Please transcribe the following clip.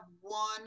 one